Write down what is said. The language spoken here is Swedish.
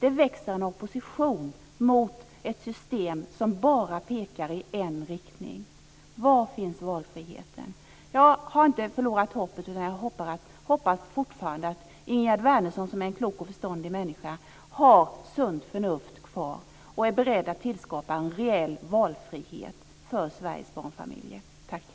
Det växer en opposition mot ett system som bara pekar i en riktning. Var finns valfriheten? Jag har inte förlorat hoppet, utan jag hoppas fortfarande att Ingegerd Wärnersson, som är en klok och förståndig människa, har sunt förnuft kvar och är beredd att tillskapa en reell valfrihet för Sveriges barnfamiljer.